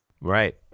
Right